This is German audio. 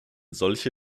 solche